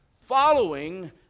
following